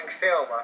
film